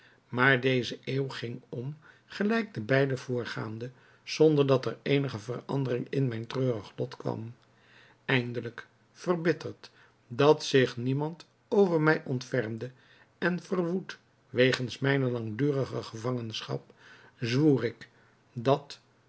maar deze eeuw ging om gelijk de beide voorgaanden zonder dat er eenige verandering in mijn treurig lot kwam eindelijk verbitterd dat zich niemand over mij ontfermde en verwoed wegens mijne langdurige gevangenschap zwoer ik dat